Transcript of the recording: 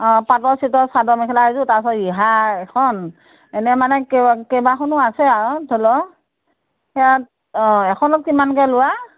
অ পাতল চিতল চাদৰ মেখেলা এযোৰ তাৰপিছত ৰিহা এখন এনে মানে কেই কেইবাখনো আছে আৰু ধৰি ল' সেয়াত অ এখনত কিমানকৈ লোৱা